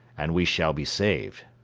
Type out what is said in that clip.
and we shall be saved.